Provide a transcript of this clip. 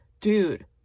dude